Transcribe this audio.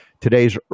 today's